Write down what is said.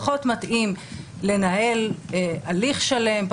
פחות מתאים לנהל הליך שלם,